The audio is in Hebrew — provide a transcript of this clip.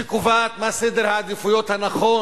שקובעת מה סדר העדיפויות הנכון,